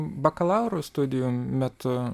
bakalauro studijų metu